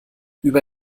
über